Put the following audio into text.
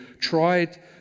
tried